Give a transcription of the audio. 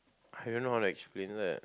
I don't know how to explain leh